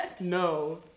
No